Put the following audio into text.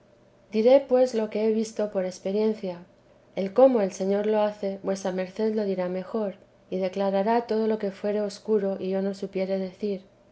diré pues lo que he visto por experiencia el cómo el señor lo hace vuesa merced lo dirá mejor y declarará todo lo que fuere escuro y yo no supiere decir